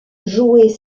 jouées